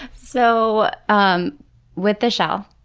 so um with the shell,